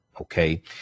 Okay